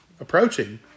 approaching